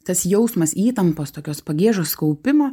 tas jausmas įtampos tokios pagiežos kaupimo